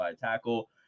tackle